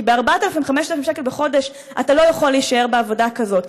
כי ב-4,000 או 5,000 שקל בחודש אתה לא יכול להישאר בעבודה כזאת.